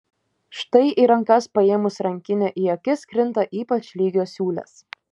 štai į rankas paėmus rankinę į akis krinta ypač lygios siūlės